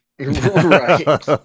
right